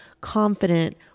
confident